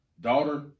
Daughter